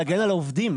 להגן על העובדים.